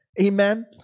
Amen